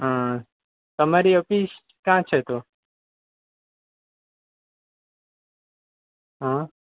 હં તમારી ઓફિસ ક્યાં છે તો હં